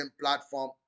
platform